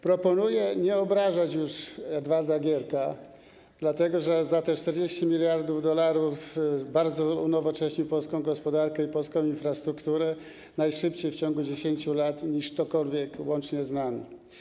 Proponuję nie obrażać już Edwarda Gierka, dlatego że za 40 mld dolarów bardzo unowocześnił polską gospodarkę i polską infrastrukturę, najszybciej w ciągu 10 lat, szybciej niż ktokolwiek łącznie z nami.